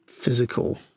physical